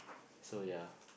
so ya